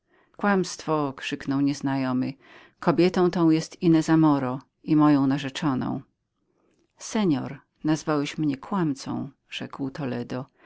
kłamstwo krzyknął nieznajomy kobieta ta jest inezą moro i moją narzeczoną seor nazwałeś mnie kłamcą rzekł toledo